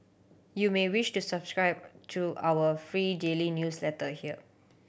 you may wish to subscribe to our free daily newsletter here